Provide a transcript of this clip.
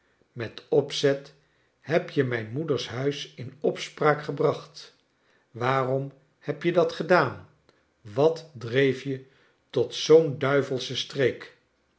met opzet heb je mijn moeders huis in opspraak gebracht waarom heb je dat gedaan wat dreef je tot zoo'n duivelschen streek